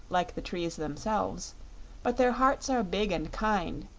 like the trees themselves but their hearts are big and kind,